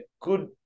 good